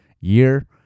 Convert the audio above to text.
year